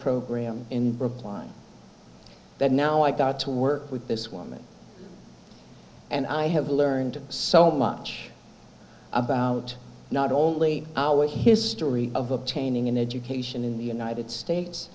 program in brookline but now i got to work with this woman and i have learned so much about not only our history of obtaining an education in the